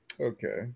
Okay